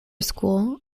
school